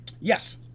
yes